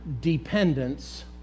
dependence